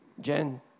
Jen